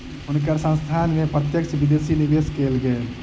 हुनकर संस्थान में प्रत्यक्ष विदेशी निवेश कएल गेल